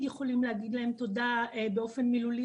יכולים להגיד להם תודה באופן מילולי,